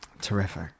Terrific